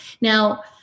Now